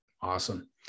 Awesome